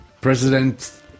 president